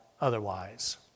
otherwise